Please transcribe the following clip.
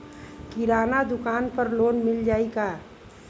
किराना दुकान पर लोन मिल जाई का?